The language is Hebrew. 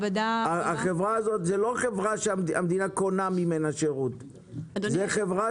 החברה הזאת היא לא חברה שהמדינה קונה ממנה שירות אלא זאת חברה